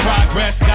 Progress